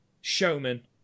Showman